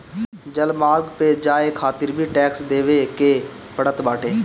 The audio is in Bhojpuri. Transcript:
जलमार्ग पअ जाए खातिर भी टेक्स देवे के पड़त बाटे